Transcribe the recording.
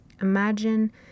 Imagine